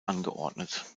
angeordnet